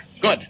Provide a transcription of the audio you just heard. Good